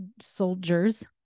soldiers